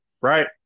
right